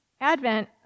Advent